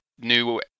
new